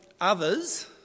others